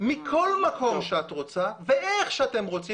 מכל מקום שאת רוצה ואיך שאת רוצה.